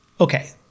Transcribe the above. Okay